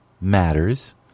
matters